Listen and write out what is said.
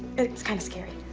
it's kind of scary.